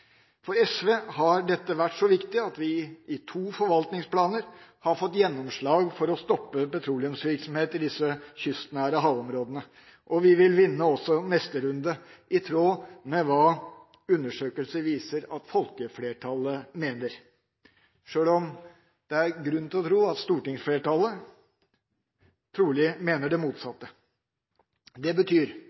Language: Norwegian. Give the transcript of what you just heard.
For SV har dette vært så viktig at vi i to forvaltningsplaner har fått gjennomslag for å stoppe petroleumsvirksomhet i disse kystnære havområdene. Vi vil vinne også neste runde, i tråd med hva undersøkelser viser at folkeflertallet mener, sjøl om det er grunn til å tro at stortingsflertallet mener det motsatte. Det betyr